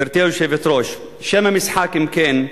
גברתי היושבת-ראש, שם המשחק, אם כן,